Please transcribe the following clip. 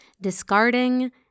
discarding